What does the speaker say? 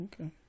Okay